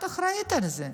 את אחראית לזה.